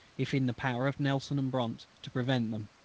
if in the power of nelson and bronte to prevent them.